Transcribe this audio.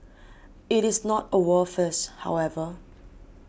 it is not a world first however